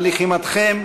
על לחימתכם,